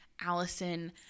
Allison